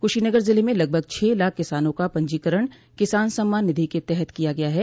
कुशीनगर जिले में लगभग छह लाख किसानों का पंजीकरण किसान सम्मान निधि के तहत किया गया है